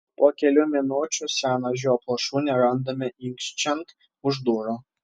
po kelių minučių seną žioplą šunį randame inkščiant už durų